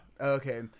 okay